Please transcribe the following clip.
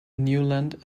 newland